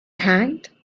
hanged